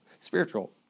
spiritual